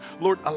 Lord